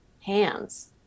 hands